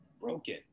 broken